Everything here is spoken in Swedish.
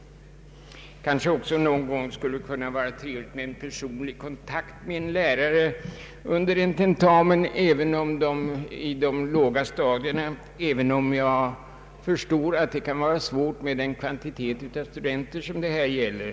Det kanske också någon gång skulle vara trevligt med en personlig kontakt med en lärare under en tentamen också på de låga stadierna, även om jag förstår att detta kan vara svårt med den kvantitet av studenter som det där gäller.